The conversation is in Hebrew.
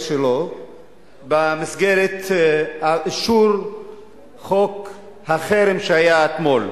שלו במסגרת אישור חוק החרם אתמול.